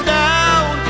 down